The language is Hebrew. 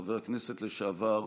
וחבר הכנסת לשעבר,